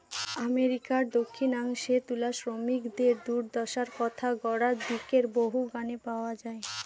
আমেরিকার দক্ষিনাংশে তুলা শ্রমিকদের দূর্দশার কথা গোড়ার দিকের বহু গানে পাওয়া যায়